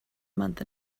month